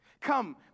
Come